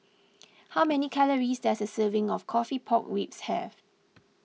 how many calories does a serving of Coffee Pork Ribs have